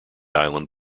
island